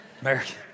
American